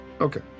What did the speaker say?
Okay